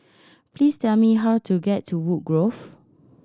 please tell me how to get to Woodgrove